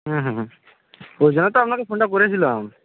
হুম হুম ওই জন্য তো আপনাকে ফোনটা করেছিলাম